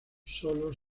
sólo